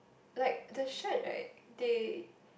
like the shade right they